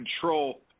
control